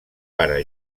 pare